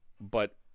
But-